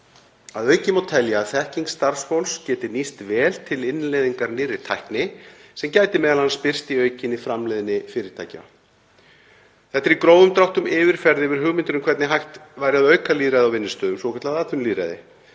Að auki má telja að þekking starfsfólks geti nýst vel til innleiðingar nýrrar tækni, sem gæti meðal annars birst í aukinni framleiðni fyrirtækja. Þetta er í grófum dráttum yfirferð yfir hugmyndir um hvernig hægt væri að auka lýðræði á vinnustöðum, svokallað atvinnulýðræði.